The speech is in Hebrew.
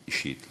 אישית.